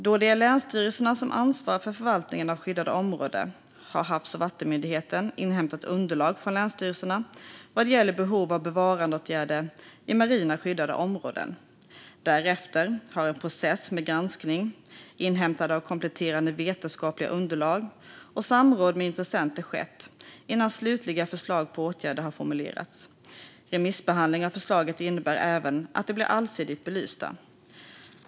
Då det är länsstyrelserna som ansvarar för förvaltningen av skyddade områden har Havs och vattenmyndigheten inhämtat underlag från länsstyrelserna vad gäller behov av bevarandeåtgärder i marina skyddade områden. Därefter har en process med granskning, inhämtande av kompletterande vetenskapliga underlag och samråd med intressenter skett innan slutliga förslag på åtgärder har formulerats. Remissbehandlingen av förslagen innebär även att de blir allsidigt belysta.